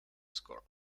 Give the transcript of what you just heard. score